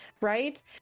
right